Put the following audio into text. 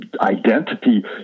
identity